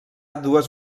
dues